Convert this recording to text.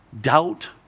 Doubt